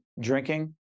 drinking